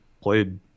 played